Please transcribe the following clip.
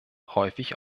häufig